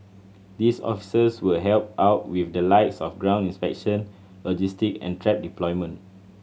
these officers will help out with the likes of ground inspection logistic and trap deployment